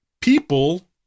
People